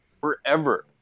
forever